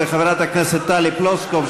וחברת הכנסת טלי פלוסקוב,